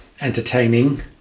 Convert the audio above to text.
entertaining